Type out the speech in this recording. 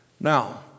Now